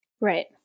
Right